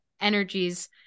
energies